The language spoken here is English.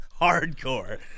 Hardcore